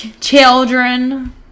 Children